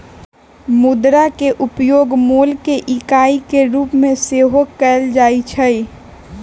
मुद्रा के उपयोग मोल के इकाई के रूप में सेहो कएल जाइ छै